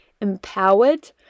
empowered